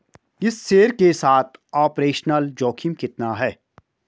इस शेयर के साथ ऑपरेशनल जोखिम कितना है?